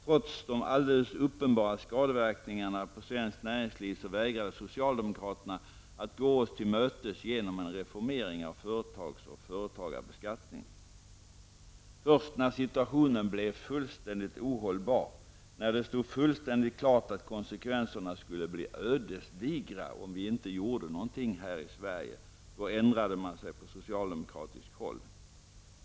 Trots de alldeles uppenbara skadeverkningarna på svenskt näringsliv vägrade socialdemokraterna att gå oss till mötes genom en reformering av företags och företagarbeskattningen. Först när situationen blev fullständigt ohållbar, när det stod fullständigt klart att konsekvenserna skulle bli ödesdigra om vi inte gjorde något här i Sverige, ändrade man sig på socialdemokratiskt håll.